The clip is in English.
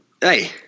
Hey